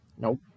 nope